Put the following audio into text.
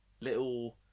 little